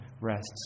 rests